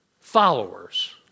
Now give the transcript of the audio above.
followers